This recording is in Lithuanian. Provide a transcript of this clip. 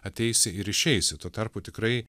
ateisi ir išeisi tuo tarpu tikrai